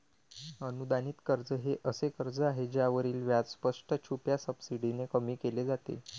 अनुदानित कर्ज हे असे कर्ज आहे ज्यावरील व्याज स्पष्ट, छुप्या सबसिडीने कमी केले जाते